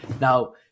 Now